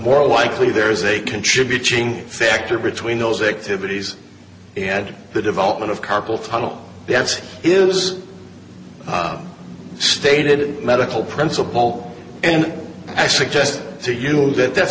more likely there is a contributing factor between those activities and the development of carpel tunnel the answer is stated medical principle and i suggest to you that that's